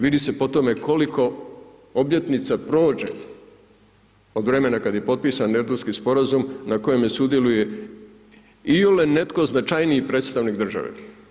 Vidi se po tome koliko obljetnica prođe od vremena kad je potpisan Erdutski sporazum, na kojem ne sudjeluje netko značajniji predstavnik države.